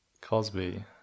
Cosby